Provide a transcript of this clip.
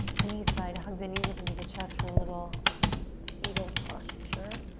any side, hug the knees up into the chest for a little fetal posture.